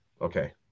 Okay